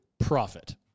Profit